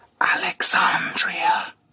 Alexandria